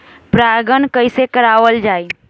परागण कइसे करावल जाई?